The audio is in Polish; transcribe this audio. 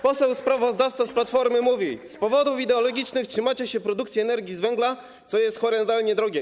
Poseł sprawozdawca z Platformy mówi: Z powodów ideologicznych trzymacie się produkcji energii z węgla, co jest horrendalnie drogie.